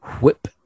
Whip